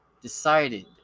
decided